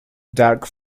dark